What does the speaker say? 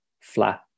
flat